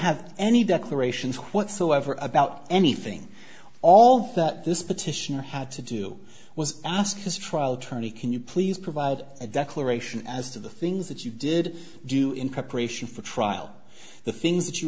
have any declarations whatsoever about anything all that this petition had to do was ask this trial attorney can you please provide a declaration as to the things that you did do in preparation for trial the things that